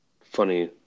funny